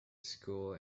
school